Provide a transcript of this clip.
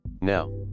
Now